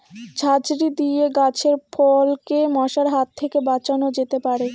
ঝাঁঝরি দিয়ে গাছের ফলকে মশার হাত থেকে বাঁচানো যেতে পারে?